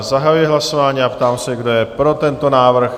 Zahajuji hlasování a ptám se, kdo je pro tento návrh?